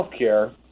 Healthcare